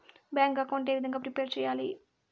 Bank account ఏ విధంగా prepare సెయ్యాలి?